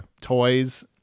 toys